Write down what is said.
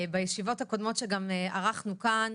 בישיבות הקודמות שערכנו כאן